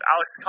Alex